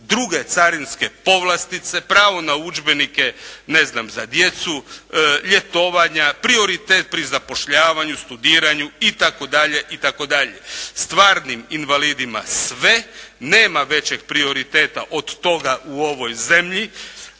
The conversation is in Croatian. druge carinske povlastice, pravo na udžbenike ne znam za djecu, ljetovanja, prioritet pri zapošljavanju, studiranju itd. itd. Stvarnim invalidima sve, nema većeg prioriteta od toga u ovoj zemlji,